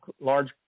large